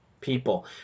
people